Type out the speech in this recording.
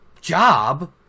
job